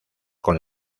con